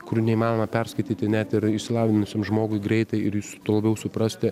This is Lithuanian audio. kurių neįmanoma perskaityti net ir išsilavinusiam žmogui greitai ir su tuo labiau suprasti